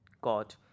God